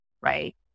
right